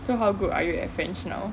so how good are you at french now